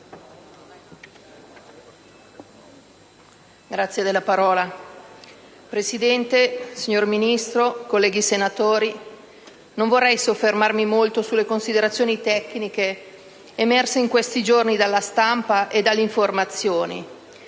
Presidente, signor Ministro, colleghi senatori, non vorrei soffermarmi molto sulle considerazioni tecniche emerse in questi giorni dalla stampa e dall'informazione.